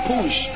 Push